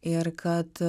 ir kad